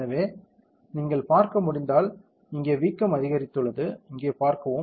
எனவே நீங்கள் பார்க்க முடிந்தால் இங்கே வீக்கம் அதிகரித்துள்ளது இங்கே பார்க்கவும்